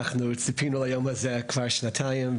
אנחנו ציפינו ליום הזה כבר שנתיים,